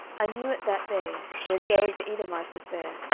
i knew it that day, when doeg the edomite was there,